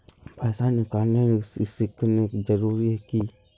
पैसा निकालने सिग्नेचर जरुरी है की?